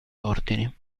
ordini